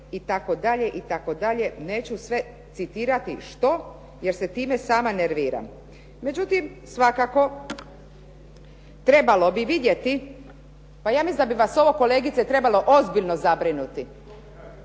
ne razumije./… itd., neću sve citirati što jer se time sama nerviram. Međutim, svakako trebalo bi vidjeti. Pa ja mislim da bi vas ovo kolegice trebalo ozbiljno zabrinuti.